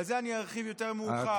על זה אני ארחיב יותר מאוחר.